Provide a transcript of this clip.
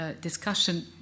discussion